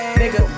nigga